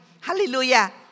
Hallelujah